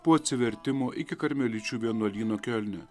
po atsivertimo iki karmeličių vienuolyno kiolne